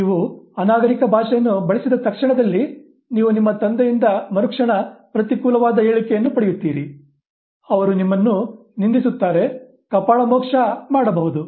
ನೀವು ಅನಾಗರಿಕ ಭಾಷೆಯನ್ನು ಬಳಸಿದ ಕ್ಷಣದಲ್ಲಿ ನೀವು ನಿಮ್ಮ ತಂದೆಯಿಂದ ಮರುಕ್ಷಣ ಪ್ರತಿಕೂಲವಾದ ಹೇಳಿಕೆಯನ್ನು ಪಡೆಯುತ್ತೀರಿ ಅವರು ನಿಮ್ಮನ್ನು ನಿಂದಿಸುತ್ತಾರೆ ಕಪಾಳಮೋಕ್ಷ ಮಾಡಬಹುದು